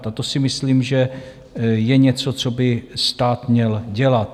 A to, si myslím, je něco, co by stát měl dělat.